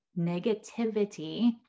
negativity